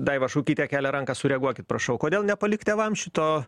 daiva šukytė kelia ranką sureaguokit prašau kodėl nepalikt tėvam šito